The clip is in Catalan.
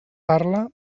parla